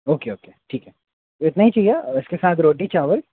okay okay ठीक है इतना ही चाहिए इसके साथ रोटी चावल